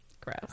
Gross